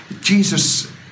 Jesus